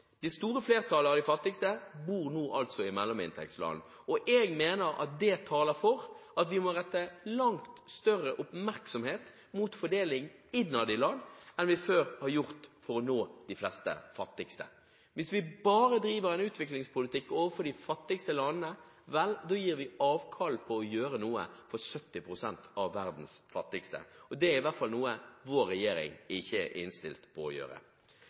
Det store flertallet av de fattigste bor nå altså i mellominntektsland. Jeg mener at det taler for at vi må rette langt større oppmerksomhet mot fordeling innad i land enn vi før har gjort for å nå de fattigste. Hvis vi bare driver en utviklingspolitikk overfor de fattigste landene, gir vi avkall på å gjøre noe for 70 pst. av verdens fattigste, og det er i hvert fall noe som ikke vår regjering er innstilt på å gjøre.